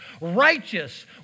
righteous